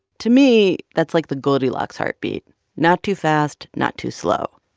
to me, that's like the goldilocks heartbeat not too fast, not too slow,